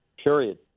Period